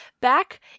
back